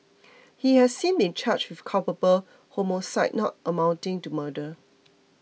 he has since been charged with culpable homicide not amounting to murder